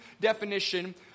definition